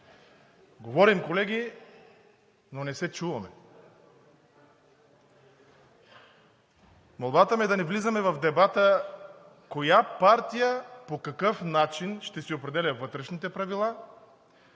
Говорим, колеги, но не се чуваме. Молбата ми е да не влизаме в дебата коя партия по какъв начин ще си определя вътрешните правила